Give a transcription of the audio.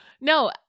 No